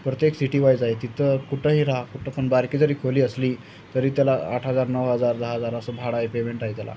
प्रत्येक सिटीवाईज आहे तिथं कुठंही राह कुठं पण बारकी जरी खोली असली तरी त्याला आठ हजार नऊ हजार दहा हजार असं भाडं आहे पेमेंट आहे त्याला